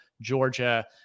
Georgia